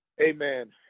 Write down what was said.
Amen